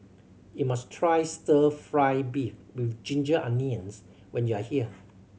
you must try Stir Fry beef with ginger onions when you are here